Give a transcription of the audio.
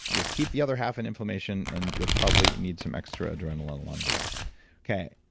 you'll keep the other half in inflammation, and you'll probably need some extra adrenaline along the way okay,